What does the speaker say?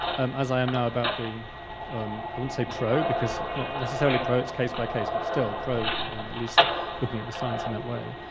um as i am now about being um i wouldn't say pro because its not necessarily pro its case-by-case but still pro um at least in looking at the science in that way.